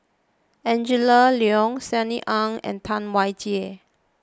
Angela Liong Sunny Ang and Tam Wai Jia